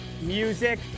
music